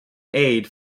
aid